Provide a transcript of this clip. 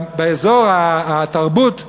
באזור התרבות הישראלית,